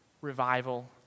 revival